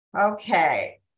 Okay